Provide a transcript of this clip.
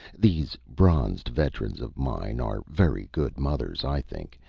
these bronzed veterans of mine are very good mothers, i think,